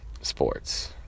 sports